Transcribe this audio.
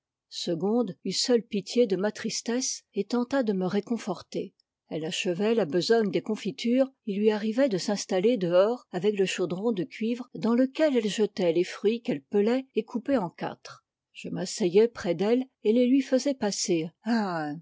segonde eut seule pitié de ma tristesse et tenta de me réconforter elle achevait la besogne des confitures il lui arrivait de s'installer dehors avec le chaudron de cuivre dans lequel elle jetait les fruits qu'elle pelait et coupait en quatre je m'asseyais près d'elle et les lui faisais passer un